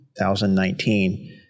2019